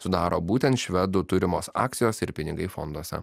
sudaro būtent švedų turimos akcijos ir pinigai fonduose